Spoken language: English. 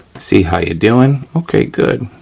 see how you're doing. okay, good.